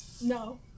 no